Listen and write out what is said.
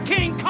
King